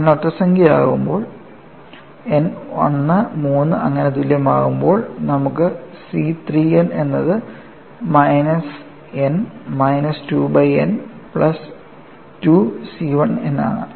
n ഒറ്റസംഖ്യ ആകുമ്പോൾ n 1 3 അങ്ങനെ തുല്യമാകുമ്പോൾ നമുക്ക് C 3n എന്നത് minus n minus 2 by n plus 2 C 1n ആണ്